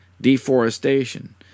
deforestation